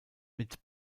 mit